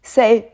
Say